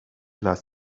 las